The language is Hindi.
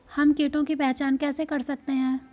हम कीटों की पहचान कैसे कर सकते हैं?